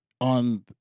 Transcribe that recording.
on